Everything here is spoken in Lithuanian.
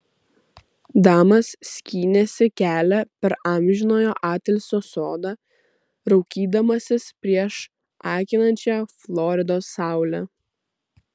damas skynėsi kelią per amžinojo atilsio sodą raukydamasis prieš akinančią floridos saulę